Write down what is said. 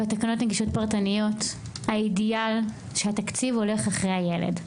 בתקנות נגישות פרטנית האידיאל שהתקציב הולך אחרי הילד.